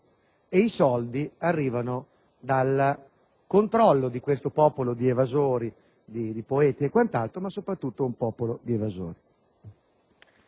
e i soldi arrivano dal controllo di questo popolo di evasori; un popolo di poeti e quant'altro, ma soprattutto di evasori.